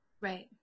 Right